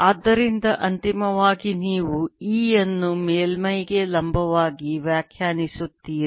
ಆದ್ದರಿಂದ ಅಂತಿಮವಾಗಿ ನೀವು E ಅನ್ನು ಮೇಲ್ಮೈಗೆ ಲಂಬವಾಗಿ ವ್ಯಾಖ್ಯಾನಿಸುತ್ತೀರಿ